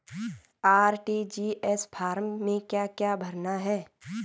RTGS form में क्या क्या भरना है?